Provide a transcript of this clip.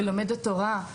ולומדת תורה.